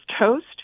toast